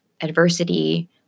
adversity